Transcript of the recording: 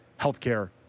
healthcare